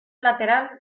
lateral